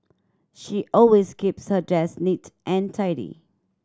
she always keeps her desk neat and tidy